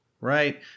right